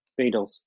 Beatles